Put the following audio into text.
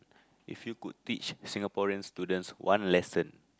if you could teach Singaporean students one lesson